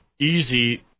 easy